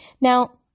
Now